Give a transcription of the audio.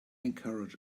encourage